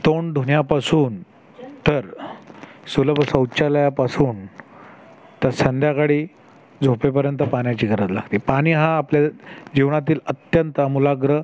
तोंड धुण्यापासून तर सुलभ शौचालयापासून तर संध्याकाळी झोपेपर्यंत पाण्याची गरज लागते पाणी हा आपल्या जीवनातील अत्यंत आमूलाग्र